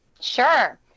Sure